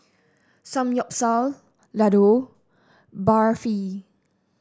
Samgyeopsal Ladoo Barfi